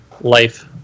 life